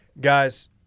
guys